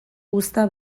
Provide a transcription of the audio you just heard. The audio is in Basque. uzta